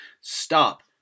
stop